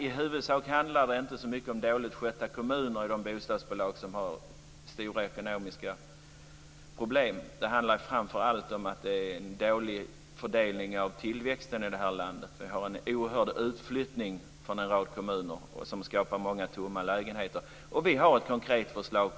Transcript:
I huvudsak handlar det inte så mycket om dåligt skötta kommuner när det gäller de bostadsbolag som har stora ekonomiska problem. Det handlar framför allt om att det är en dålig fördelning av tillväxten i det här landet. Det är en oerhörd utflyttning från en rad kommuner och det skapar många tomma lägenheter. Vi har ett konkret förslag.